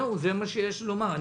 זה מה שיש לי לומר.